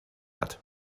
hat